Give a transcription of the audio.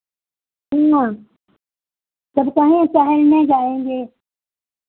हुआँ सब कहीं टहलने जाएँगे